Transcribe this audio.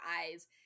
eyes